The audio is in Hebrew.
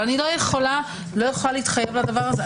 אבל לא יכולה להתחייב לזה.